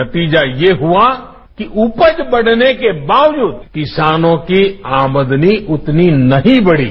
नतीजा ये हुआ कि उपज बढ़ने के बावजूद किसानों की आमदनी उतनी नहीं बढ़ी